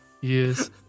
Yes